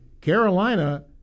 Carolina